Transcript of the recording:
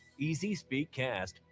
EasySpeakCast